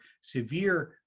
severe